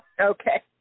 Okay